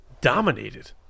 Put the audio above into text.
dominated